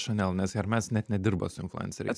chanel nes hermes net nedirba su influenceriais